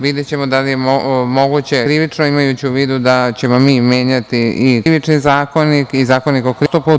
Videćemo da li je moguće i krivično imajući u vidu da ćemo mi menjati i Krivični zakonik i Zakonik o krivičnom postupku.